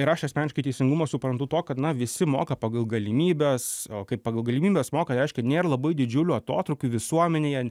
ir aš asmeniškai teisingumą suprantu tuo kad na visi moka pagal galimybes o kai pagal galimybes mokareiškia nėr labai didžiulio atotrūkio visuomenėje